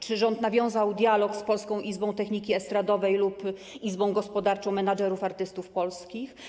Czy rząd nawiązał dialog z Polską Izbą Techniki Estradowej lub Izbą Gospodarczą Menedżerów Artystów Polskich?